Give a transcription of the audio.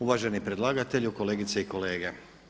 Uvaženi predlagatelju, kolegice i kolege.